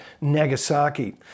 Nagasaki